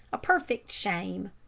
a perfect shame!